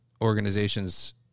organizations